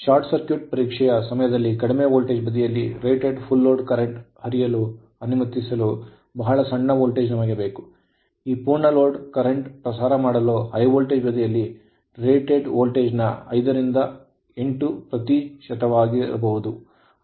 short circuit ಪರೀಕ್ಷೆಯ ಸಮಯದಲ್ಲಿ ಕಡಿಮೆ ವೋಲ್ಟೇಜ್ ಬದಿಯಲ್ಲಿ ರೇಟೆಡ್ ಫುಲ್ ಲೋಡ್ ಕರೆಂಟ್ ಹರಿಯಲು ಅನುಮತಿಸಲು ಬಹಳ ಸಣ್ಣ ವೋಲ್ಟೇಜ್ ನಮಗೆ ಬೇಕು ಈ ಪೂರ್ಣ ಲೋಡ್ ಪ್ರವಾಹವನ್ನು ಪ್ರಸಾರ ಮಾಡಲು ಹೈ ವೋಲ್ಟೇಜ್ ಬದಿಯಲ್ಲಿ ರೇಟೆಡ್ ವೋಲ್ಟೇಜ್ ನ 5 ರಿಂದ 8 ಪ್ರತಿಶತವಾಗಿರಬಹುದು